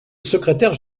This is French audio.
secrétaire